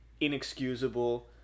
inexcusable